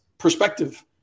perspective